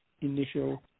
initial